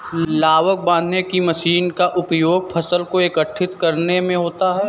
लावक बांधने की मशीन का उपयोग फसल को एकठी करने में होता है